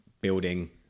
building